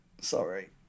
Sorry